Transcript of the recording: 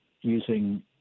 using